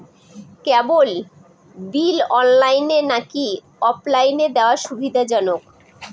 কেবল bill অনলাইনে নাকি অফলাইনে দেওয়া সুবিধাজনক?